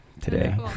today